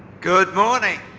good morning.